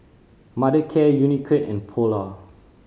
Mothercare Unicurd and Polar